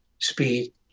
speed